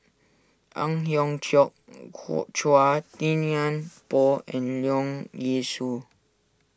Ang Hiong Chiok Chua Thian Poh and Leong Yee Soo